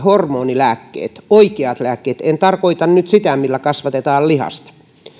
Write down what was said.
hormonilääkkeet oikeat lääkkeet en tarkoita nyt sitä millä kasvatetaan lihasta